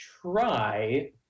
try